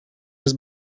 his